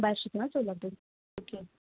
बार्शीत ना सोलापूर ओके